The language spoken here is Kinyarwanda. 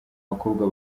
bakobwa